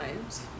times